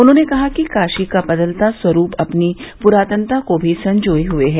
उन्होंने कहा कि काशी का बदलता स्वरूप अपनी प्रातनता को भी संजोये हए है